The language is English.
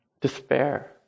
Despair